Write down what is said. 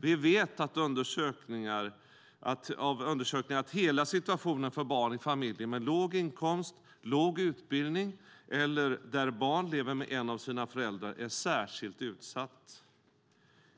Vi vet av undersökningar att hela situationen för barn i familjer med låg inkomst eller låg utbildning eller i familjer där barn lever med en av sina föräldrar är särskilt utsatt.